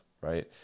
right